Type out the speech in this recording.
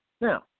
Now